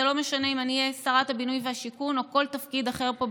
זה לא משנה אם אני אהיה שרת הבינוי והשיכון או בכל תפקיד אחר פה,